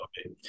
okay